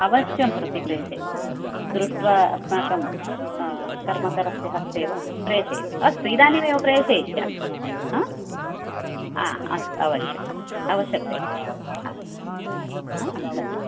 अवश्यम् प्रतिप्रेषयितुं दृष्ट्वा अस्माकं कर्मकरस्यः हस्तेव प्रेषयतु अस्तु इदानीमेव प्रेषयिष्यामि आ आ अवश्यम् अवश्यम् प्रेषयामि आ धन्यवादः